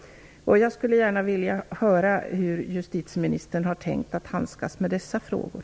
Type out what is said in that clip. Jag skulle gärna vilja höra hur justitieministern har tänkt handskas med dessa frågor.